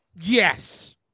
Yes